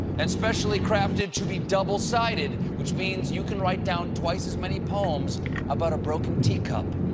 and specially crafted to be double-sided, which means you can write down twice as many poems about a broken teacup.